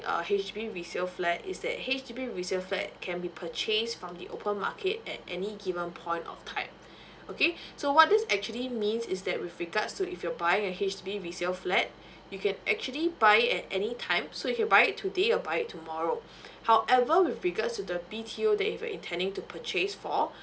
a H_D_B resale flat is that H_D_B resale flat can be purchase from the open market at any given point of time okay so what is actually means is that with regards to if you're buying a H_D_B resale flat you can actually buy it at any time so if you buy it today or buy it tomorrow however with regards to the B_T_O that if you're intending to purchase for